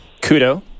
Kudo